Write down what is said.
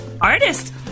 artist